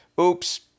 oops